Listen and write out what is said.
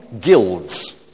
guilds